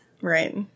Right